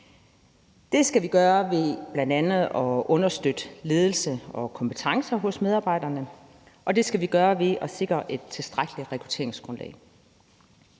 Det skal vi gøre ved bl.a. at understøtte ledelsen og kompetencerne hos medarbejderne, og det skal vi gøre ved at sikre et tilstrækkeligt rekrutteringsgrundlag.